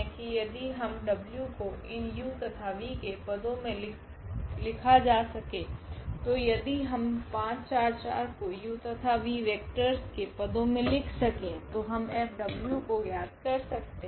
कि यदि इस w को इन u तथा v के पदो मे लिखा जा सके तो यदि हम 544 को u तथा v वेक्टरस के पदो मे लिख सके तो हम F को ज्ञात कर सकते है